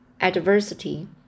adversity